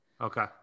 Okay